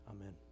amen